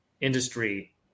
industry